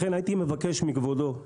לכן הייתי מבקש מכבודו,